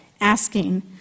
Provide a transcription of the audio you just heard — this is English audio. asking